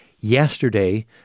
Yesterday